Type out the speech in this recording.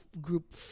group